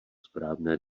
správné